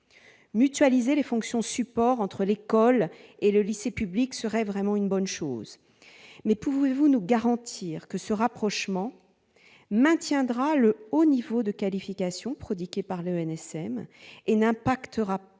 mutualiser les fonctions supports entre l'école et le lycée public serait une bonne chose, mais pouvez-vous nous garantir que ce rapprochement maintiendra le haut niveau de qualification prodigué par l'ENSM et n'affectera pas